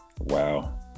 Wow